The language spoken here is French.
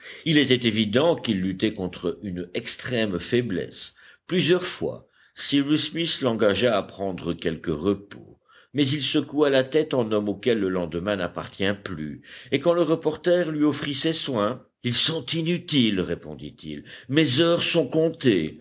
il était évident qu'il luttait contre une extrême faiblesse plusieurs fois cyrus smith l'engagea à prendre quelque repos mais il secoua la tête en homme auquel le lendemain n'appartient plus et quand le reporter lui offrit ses soins ils sont inutiles répondit-il mes heures sont comptées